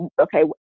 okay